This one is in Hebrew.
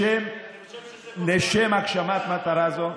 אני חושב שזה, לשם הגשמת מטרה זו,